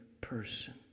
person